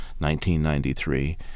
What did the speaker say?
1993